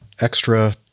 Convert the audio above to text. extra